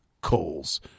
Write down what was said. calls